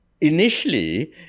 initially